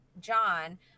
John